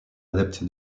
adepte